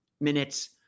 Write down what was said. minutes